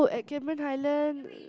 at Cameron-Highland